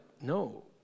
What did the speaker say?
no